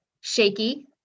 shaky